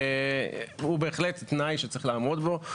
הוא בהחלט תנאי שצריך לעמוד בו.